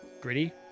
Gritty